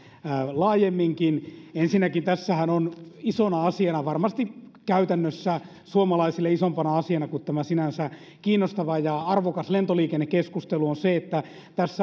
laajemminkin ensinnäkin tässähän isona asiana varmasti käytännössä suomalaisille isompana asiana kuin tämä sinänsä kiinnostava ja ja arvokas lentoliikennekeskustelu on se että tässä